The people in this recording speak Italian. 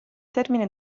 termine